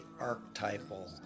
archetypal